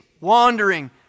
wandering